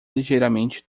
ligeiramente